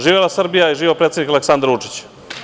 Živela Srbija i živeo predsednik Aleksandar Vučić.